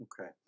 okay